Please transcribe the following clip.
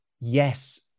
yes